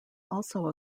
also